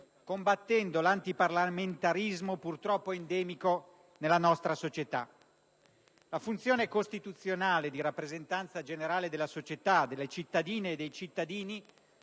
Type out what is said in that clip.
combattendo l'antiparlamentarismo, purtroppo endemico, nella nostra società. La funzione costituzionale di rappresentanza generale della società, delle cittadine e dei cittadini,